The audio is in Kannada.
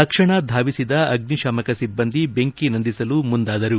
ತಕ್ಷಣ ಧಾವಿಸಿದ ಅಗ್ನಿಶಾಮಕ ಸಿಬ್ಲಂದಿ ಬೆಂಕಿ ನಂದಿಸಲು ಮುಂದಾದರು